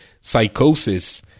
psychosis